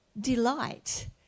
delight